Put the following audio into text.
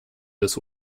this